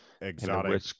exotic